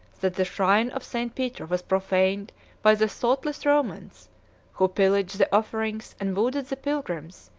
that the shrine of st. peter was profaned by the thoughtless romans who pillaged the offerings, and wounded the pilgrims,